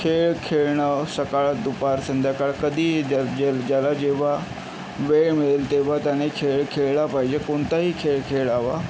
खेळ खेळणं सकाळ दुपार संध्याकाळ कधीही ज्या ज्या ज्याला जेव्हा वेळ मिळेल तेव्हा त्याने खेळ खेळला पाहिजे कोणताही खेळ खेळावा